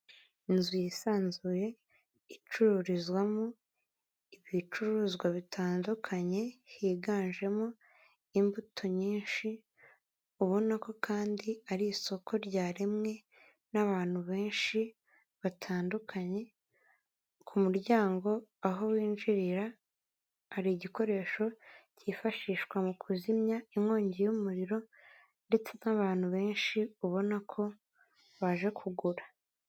Inzu yisanzuye icururizwamo ibicuruzwa bitandukanye higanjemo imbuto nyinshi ubona ko kandi ari isoko ryaremwe n'abantu benshi batandukanye, ku muryango aho binjirira hari igikoresho cyifashishwa mu kuzimya inkongi y'umuriro ndetse n'abantu benshi ubona ko baje kugura.